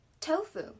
tofu